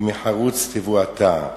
ומחרוץ תבואתה.